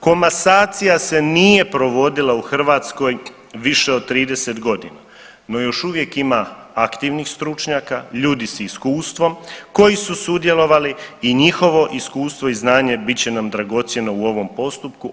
Komasacija se nije provodila u Hrvatskoj više od 30 godina, no još uvijek ima aktivnih stručnjaka, ljudi s iskustvom koji su sudjelovali i njihovo iskustvo i znanje bit će nam dragocjeno u ovom postupku.